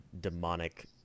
demonic